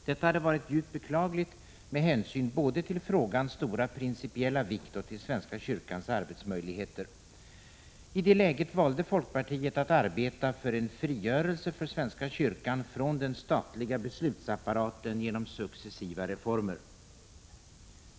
Detta hade varit djupt beklagligt med hänsyn både till frågans stora principiella vikt och till svenska kyrkans arbetsmöjligheter. I det läget valde folkpartiet att arbeta för en frigörelse för svenska kyrkan från den statliga beslutsapparaten genom successiva reformer.